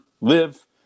live